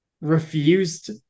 refused